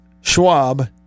Schwab